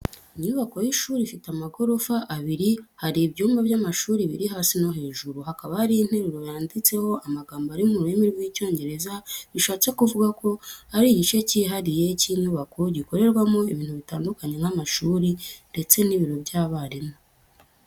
Inyubako y’ishuri ifite amagorofa abiri hari ibyumba by’amashuri biri hasi no hejuru, hakaba hari interuro yanditseho amagambo ari mu rurimi rw'Icyongereza bishatse kuvuga ko ari igice cyihariye cy’inyubako gikorerwamo ibintu bitandukanye nk'amashuri ndetse n'ibiro by’abarimu.